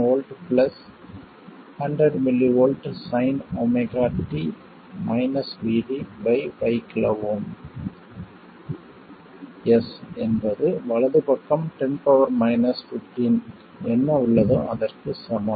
7 V 100mV sin ωt VD 5 KΩs என்பது வலது பக்கம் 10 15 என்ன உள்ளதோ அதற்கு சமம்